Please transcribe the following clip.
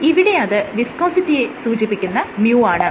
എന്നാൽ ഇവിടെ അത് വിസ്കോസിറ്റിയെ സൂചിപ്പിക്കുന്ന µ ആണ്